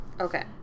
Okay